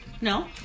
no